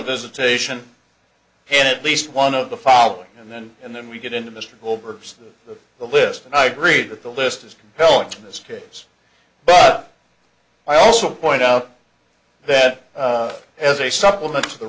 visitation and at least one of the following and then and then we get into mr over the list and i'd read that the list is compelling in this case but i also point out that as a supplement to the